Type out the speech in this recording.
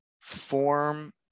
form